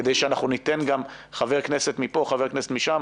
כדי שאנחנו ניתן גם לחבר הכנסת מפה ולחבר הכנסת משם.